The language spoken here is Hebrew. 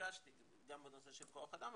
גם בנושא של כוח אדם,